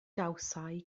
gawsai